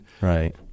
Right